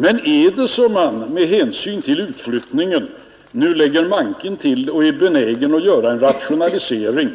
Men om det är så att man med hänsyn till utflyttningen nu lägger manken till och är beredd att göra en rationalisering,